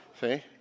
See